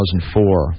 2004